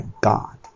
God